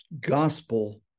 gospel